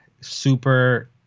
super